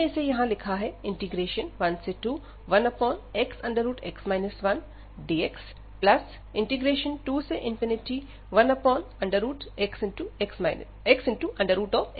हमने इसे यहां लिखा है 121xx 1dx21xx 1dx